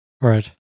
Right